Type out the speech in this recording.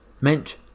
meant